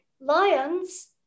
lions